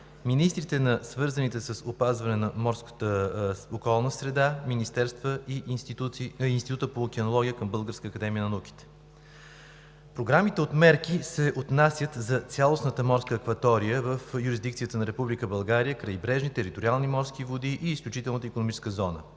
министрите от свързаните с опазване на морската околна среда министерства и Институтът по океанология към Българската академия на науките. Програмите от мерки се отнасят за цялостната морска акватория в юрисдикцията на Република България – крайбрежни териториални морски води и изключителната икономическа зона.